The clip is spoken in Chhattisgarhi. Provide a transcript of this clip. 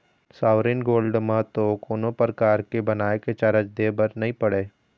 सॉवरेन गोल्ड म तो कोनो परकार के बनाए के चारज दे बर नइ पड़य